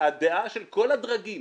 והדעה של כל הדרגים